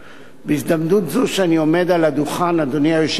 בהזדמנות זו שאני עומד על הדוכן, אדוני היושב-ראש,